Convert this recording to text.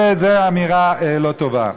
זו אמירה לא טובה.